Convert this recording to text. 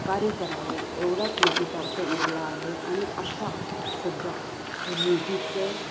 कार्य करावे एवढाच मथितार्थ उरला आहे आणि आत्ता सध्या हे म्युजिकचे